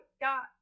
got